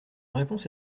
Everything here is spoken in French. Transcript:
réponse